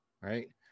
right